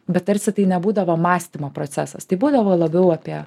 bet tarsi tai nebūdavo mąstymo procesas tai būdavo labiau apie